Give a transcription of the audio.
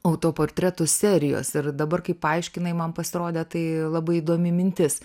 autoportretų serijos ir dabar kai paaiškinai man pasirodė tai labai įdomi mintis